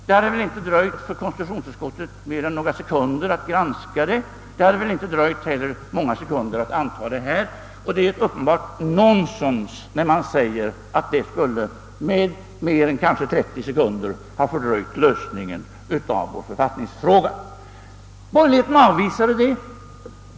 Det hade inte tagit mera tid än ett par sekunder för konstitutionsutskottet att granska det och man hade väl inte heller tvekat många sekunder inför att antaga det i denna kammare. Det är uppenbart nonsens att påstå, att det med mera än kanske 30 sekunder skulle ha fördröjt lösningen av vår författningsfråga. Borgerligheten avvisade detta.